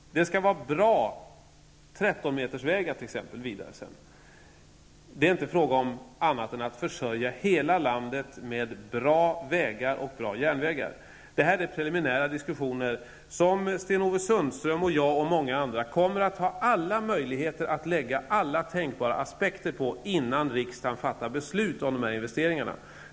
Det skall vara bra 13 metersvägar t.ex. Det är inte fråga om annat än att försörja hela landet med bra vägar och bra järnvägar. Det pågår preliminära diskussioner vid vilka Sten-Ove Sundström, jag och många andra kommer att ha alla möjligheter att anlägga alla tänkbara aspekter, innan riksdagen fattar beslut om olika investeringar.